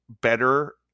better